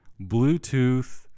bluetooth